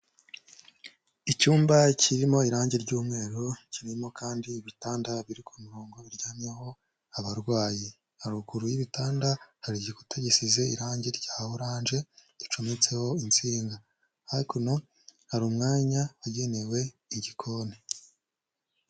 Icyumba kirimo irangi ry'umweru kirimo kandi ibitanda biri ku murongo biryamyeho abarwayi. Haruguru y'ibitanda hari igikuta gisize irangi rya oranje gicometseho insinga, hakuno hari umwanya wagenewe igikoni.